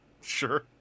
sure